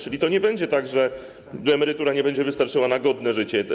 Czyli to nie będzie tak, że emerytura nie będzie wystarczała na godne życie.